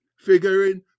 Figuring